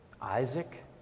Isaac